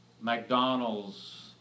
McDonald's